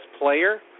player